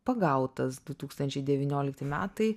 pagautas du tūkstančiai devyniolikti metai